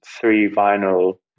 three-vinyl